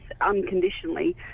unconditionally